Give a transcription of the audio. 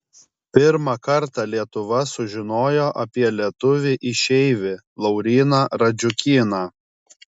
pirmą kartą lietuva sužinojo apie lietuvį išeivį lauryną radziukyną